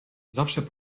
zawsze